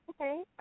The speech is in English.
Okay